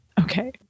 Okay